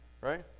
right